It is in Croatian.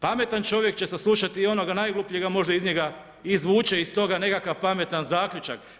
Pametan čovjek će saslušati i onoga najglupljega možda ih njega izvuče iz toga nekakav pametan zaključak.